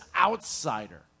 outsider